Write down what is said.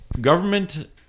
government